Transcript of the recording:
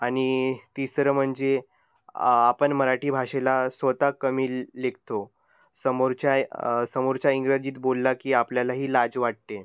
आणि तिसरं म्हणजे आपण मराठी भाषेला स्वत कमी लेखतो समोरच्या समोरच्या इंग्रजीत बोलला की आपल्यालाही लाज वाटते